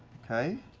okay.